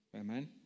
Amen